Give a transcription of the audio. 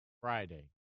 Friday